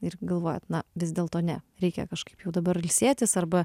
irgi galvojat na vis dėlto ne reikia kažkaip jau dabar ilsėtis arba